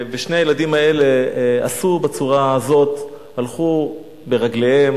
שני הילדים האלה עשו בצורה הזו, הלכו ברגליהם,